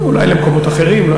אולי למקומות אחרים.